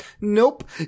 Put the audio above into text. nope